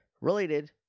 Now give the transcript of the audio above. related